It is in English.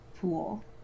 pool